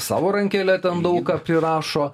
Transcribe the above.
savo rankele ten daug ką prirašo